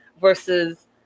versus